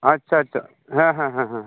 ᱟᱪᱪᱷᱟ ᱟᱪᱪᱷᱟ ᱦᱮᱸ ᱦᱮᱸ ᱦᱮᱸ